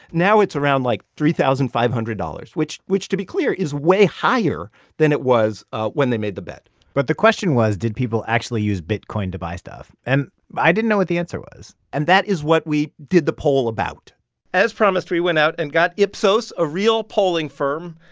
now it's around, like, three thousand five hundred dollars, which, to be clear, is way higher than it was ah when they made the bet but the question was, did people actually use bitcoin to buy stuff? and i didn't know what the answer was. and that is what we did the poll about as promised, we went out and got ipsos, a real polling firm,